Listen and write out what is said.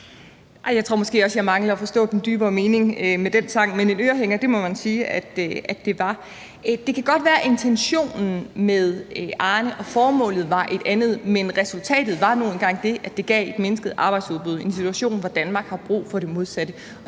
Jeg tror måske også, jeg mangler at forstå den dybere mening med den sang, men en ørehænger må man sige det var. Det kan godt være, at intentionen og formålet med Arneaftalen var noget andet, men resultatet var nu engang det, at det gav et mindsket arbejdsudbud i en situation, hvor Danmark har brug for det modsatte.